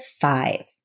five